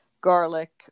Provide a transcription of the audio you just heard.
garlic